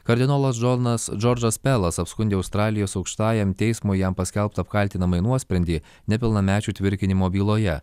kardinolas džonas džordžas pelas apskundė australijos aukštajam teismui jam paskelbtą apkaltinamąjį nuosprendį nepilnamečių tvirkinimo byloje